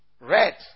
Red